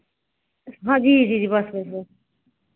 हाँ जी जी जी बस बस बस